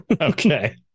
Okay